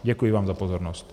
Děkuji vám za pozornost.